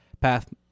path